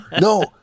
no